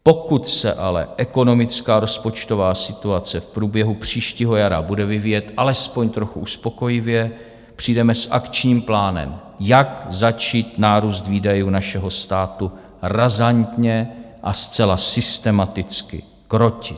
Pokud se ale ekonomická rozpočtová situace v průběhu příštího jara bude vyvíjet alespoň trochu uspokojivě, přijdeme s akčním plánem, jak začít nárůst výdajů našeho státu razantně a zcela systematicky krotit.